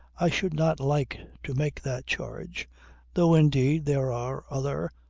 i should not like to make that charge though indeed there are other,